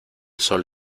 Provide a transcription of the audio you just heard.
sol